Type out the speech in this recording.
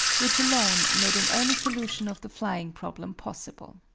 which alone made an early solution of the flying problem possible.